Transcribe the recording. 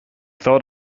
thought